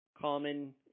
common –